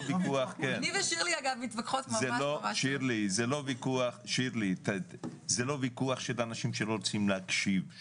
שירלי, זה לא ויכוח של אנשים שלא רוצים להקשיב.